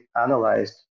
analyzed